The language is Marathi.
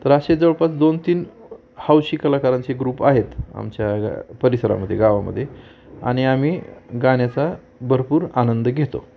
तर असे जवळपास दोन तीन हौशी कलाकारांचे ग्रुप आहेत आमच्या परिसरामध्ये गावामध्ये आणि आम्ही गाण्याचा भरपूर आनंद घेतो